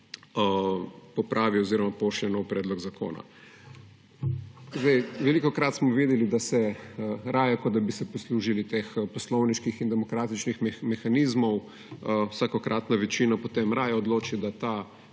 popravi oziroma pošlje nov predlog zakona. Velikokrat smo videli, da se raje, kot da bi se poslužili teh poslovniških in demokratičnih mehanizmov, vsakokratna večina potem odloči, da ta